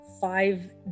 five